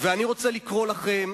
אני רוצה לקרוא לכם,